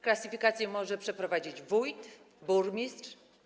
Klasyfikację może przeprowadzić wójt, burmistrz.